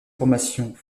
formation